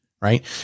right